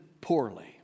poorly